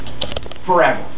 forever